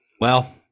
Well-